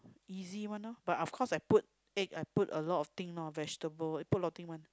easy one lor but of course I put egg I put a lot of thing lor vegetable I put a lot of thing one